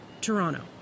Toronto